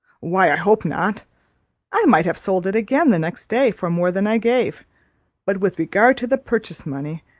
why, i hope not i might have sold it again, the next day, for more than i gave but, with regard to the purchase-money,